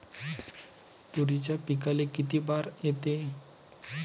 तुरीच्या पिकाले किती बार येते?